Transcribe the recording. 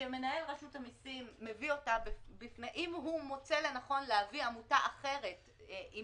אם מנהל רשות המיסים מוצא לנכון להביא עמותה אחרת עם